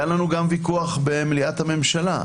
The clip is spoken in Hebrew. היה לנו גם ויכוח במליאת הממשלה.